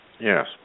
Yes